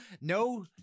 no